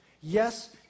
Yes